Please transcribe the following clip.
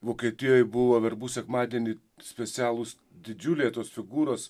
vokietijoj buvo verbų sekmadienį specialūs didžiuliai tos figūros